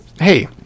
hey